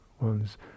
One's